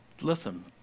Listen